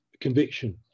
conviction